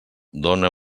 dóna